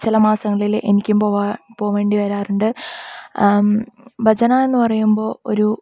ചിലമാസങ്ങളിൽ എനിക്കും പോകാൻ പോകേണ്ടിവരാറുണ്ട് ഭജനാ എന്നു പറയുമ്പോൾ ഒരു